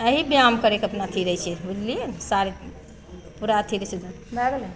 अही ब्यायाम करैके अपन अथी रहै छै बुझलियै ने सारे पूरा अथी रहै छै एगदम भए गेलै